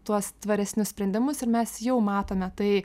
tuos tvaresnius sprendimus ir mes jau matome tai